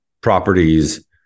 properties